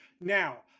Now